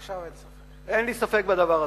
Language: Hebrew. עכשיו היה צריך, אין לי ספק בדבר הזה.